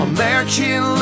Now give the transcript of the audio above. American